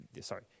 sorry